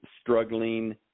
struggling